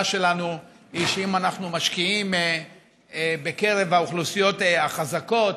שלנו היא שאם אנחנו משקיעים בקרב האוכלוסיות החזקות,